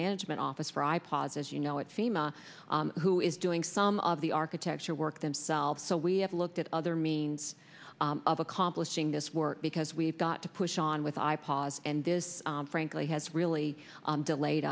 management office for i pods as you know its famous who is doing some of the architecture work themselves so we have looked at other means of accomplishing this work because we've got to push on with i pause and this frankly has really delayed